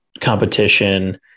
competition